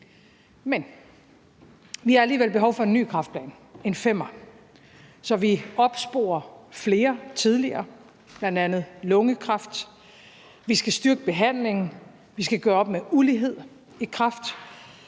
Men vi har alligevel behov for en ny kræftplan – en femmer – så vi opsporer flere ting tidligere, bl.a. lungekræft. Vi skal styrke behandlingen. Vi skal gøre op med ulighed i kræft.